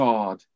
God